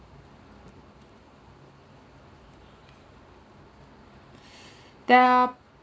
there are